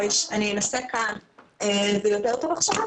זה יותר טוב עכשיו?